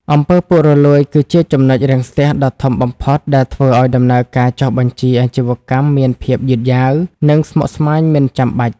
អំពើពុករលួយ គឺជា ចំណុចរាំងស្ទះ ដ៏ធំបំផុតដែលធ្វើឱ្យដំណើរការចុះបញ្ជីអាជីវកម្មមានភាពយឺតយ៉ាវ និងស្មុគស្មាញមិនចាំបាច់។